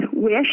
wish